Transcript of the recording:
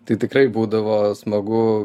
tai tikrai būdavo smagu